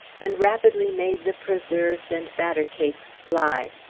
and rapidly made the preserves and batter-cakes fly.